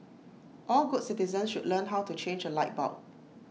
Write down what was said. all good citizens should learn how to change A light bulb